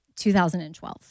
2012